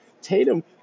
Tatum